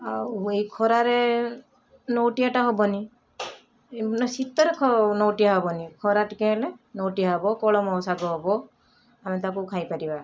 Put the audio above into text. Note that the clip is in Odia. ଆଉ ଏଇ ଖରାରେ ଲେଉଟିଆଟା ହେବନି ନାହିଁ ଶୀତରେ ଲେଉଟିଆ ହେବନି ଖରା ଟିକେ ହେଲେ ଲେଉଟିଆ ହେବ କଳମ ଶାଗ ହେବ ଆମେ ତାକୁ ଖାଇପାରିବା